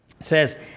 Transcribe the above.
says